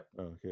Okay